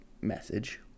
message